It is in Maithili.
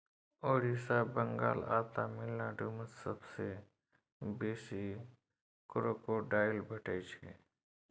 ओड़िसा, बंगाल आ तमिलनाडु मे सबसँ बेसी क्रोकोडायल भेटै छै